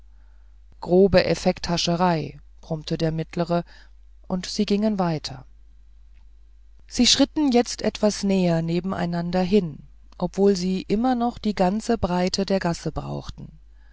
grobe effekthascherei brummte der mittlere und sie gingen weiter sie schritten jetzt etwas näher nebeneinander hin obwohl sie immer noch die ganze breite der gasse brauchten